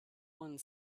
one